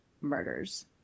murders